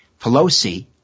Pelosi